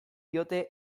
diote